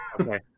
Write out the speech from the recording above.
okay